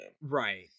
Right